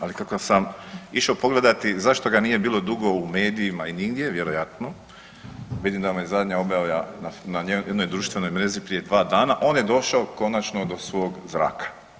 Ali kako sam išao pogledati zašto ga nije bilo dugo u medijima i nigdje vjerojatno, vidim da mu je zadnja objava na jednoj društvenoj mreži prije dva dana on je došao konačno do svog zraka.